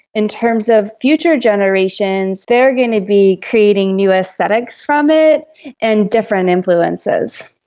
in terms of future generations, they are going to be creating new aesthetics from it and different influences.